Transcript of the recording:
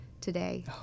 today